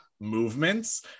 movements